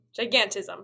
Gigantism